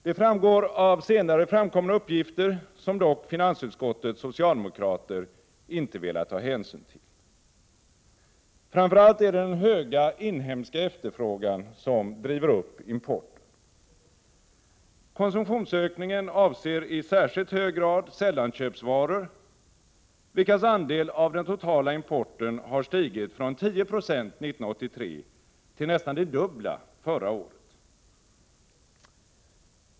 Det framgår av senare framkomna uppgifter, som dock finansutskottets socialdemokrater inte velat ta hänsyn till. Framför allt är det den stora inhemska efterfrågan som driver upp importen. Konsumtionsökningen avser i särskilt hög grad sällanköpsvaror, vilkas andel av den totala importen har stigit från 10 96 1983 till nästan de dubbla förra året.